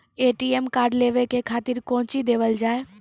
ATM card लेवे के खातिर कौंची देवल जाए?